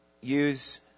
use